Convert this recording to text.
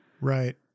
Right